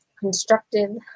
constructive